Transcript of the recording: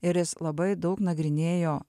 ir jis labai daug nagrinėjo